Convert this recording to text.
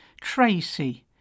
Tracy